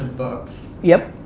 books. yep.